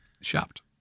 shopped